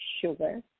sugar